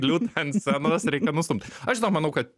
liūtą ant scenos reikia nustumt aš žinau manau kad